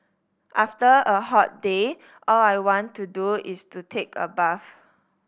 after a hot day all I want to do is to take a bath